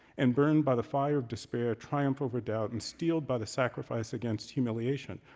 and burned by the fire of despair, triumph over doubt, and steeled by the sacrifice against humiliation,